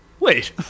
Wait